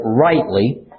rightly